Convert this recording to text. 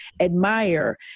admire